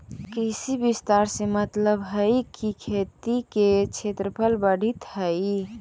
कृषि विस्तार से मतलबहई कि खेती के क्षेत्रफल बढ़ित हई